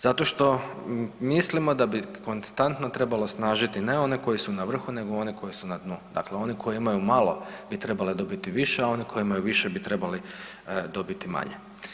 Zato što mislimo da bi konstantno trebalo snažiti ne one koji su na vrhu, nego one koji su na dnu, dakle oni koji imaju malo bi trebale dobiti više, a oni koji imaju više bi trebali dobiti manje.